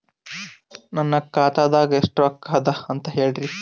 ನನ್ನ ಖಾತಾದಾಗ ಎಷ್ಟ ರೊಕ್ಕ ಅದ ಅಂತ ಹೇಳರಿ?